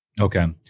Okay